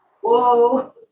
whoa